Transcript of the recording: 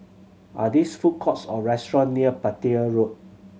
are these food courts or restaurant near Petir Road